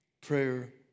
prayer